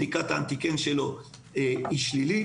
בדיקת האנטיגן שלו היא שלילית,